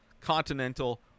Continental